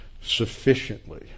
sufficiently